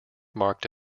marked